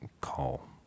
call